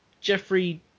Jeffrey